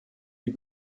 wie